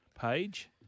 page